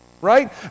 Right